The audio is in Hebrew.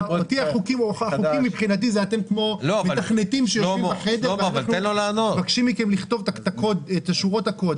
אתם כמו מתכנתים שיושבים בחדר ומבקשים מכם לכתוב את שורות הקוד.